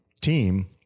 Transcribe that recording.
team